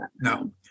no